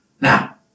Now